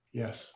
yes